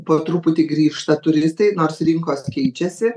po truputį grįžta turistai nors rinkos keičiasi